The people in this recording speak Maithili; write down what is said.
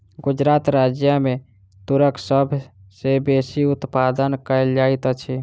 गुजरात राज्य मे तूरक सभ सॅ बेसी उत्पादन कयल जाइत अछि